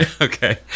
Okay